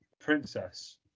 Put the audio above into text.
princess